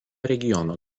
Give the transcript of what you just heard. regiono